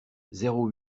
zéro